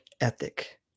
ethic